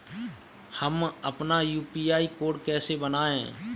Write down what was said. हम अपना UPI code कैसे बनाएँ?